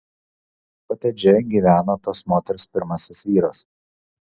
kotedže gyvena tos moters pirmasis vyras